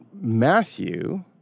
Matthew